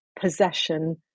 possession